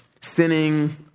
sinning